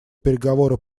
переговоры